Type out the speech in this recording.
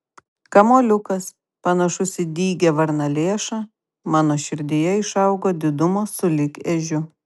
kamuoliukas panašus į dygią varnalėšą mano širdyje išaugo didumo sulig ežiu